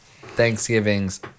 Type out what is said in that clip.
Thanksgivings